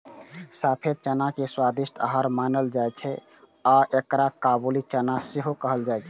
सफेद चना के स्वादिष्ट आहार मानल जाइ छै आ एकरा काबुली चना सेहो कहल जाइ छै